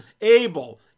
Abel